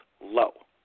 low